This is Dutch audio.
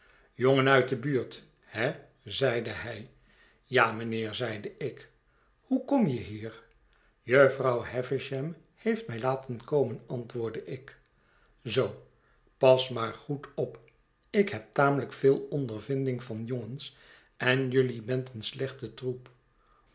nit de buurt he zeide hij ja mijnheer zeide ik hoe kom je hier jufvrouw havisham heeft mij laten komen antwoordde ik zoo pas maar goed op ik heb tamelijk veel ondervinding van jongens en jelui bent een slechte troep